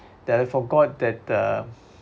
that I forgot that uh